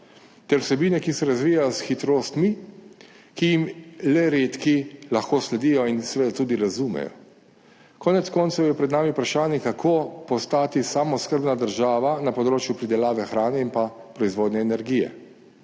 ter vsebine, ki se razvijajo s hitrostmi, ki jim le redki lahko sledijo in jih seveda tudi razumejo. Konec koncev je pred nami vprašanje, kako postati samooskrbna država na področju pridelave hrane in pa proizvodnje energije.